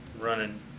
running